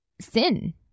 sin